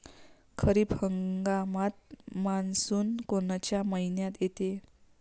खरीप हंगामात मान्सून कोनच्या मइन्यात येते?